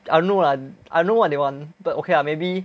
I don't know lah I don't know what they want but okay lah maybe